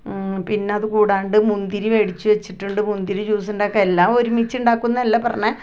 പിന്നെ അത് കൂടാണ്ട് മുന്തിരി മേടിച്ച് വെച്ചിട്ടുണ്ട് മുന്തിരി ജ്യൂസുണ്ടാക്കാം എല്ലാം ഒരുമിച്ച് ഉണ്ടാക്കുമെന്നല്ല പറഞ്ഞത്